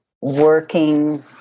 working